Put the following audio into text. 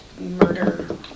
murder